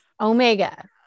Omega